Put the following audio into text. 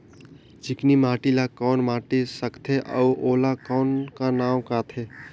चिकनी माटी ला कौन माटी सकथे अउ ओला कौन का नाव काथे?